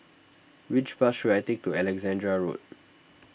which bus should I take to Alexandra Road